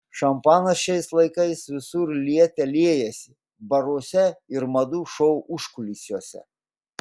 šampanas šiais laikais visur liete liejasi baruose ir madų šou užkulisiuose